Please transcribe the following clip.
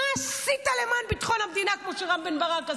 מה עשית למען ביטחון המדינה כמו שרם בן ברק עשה?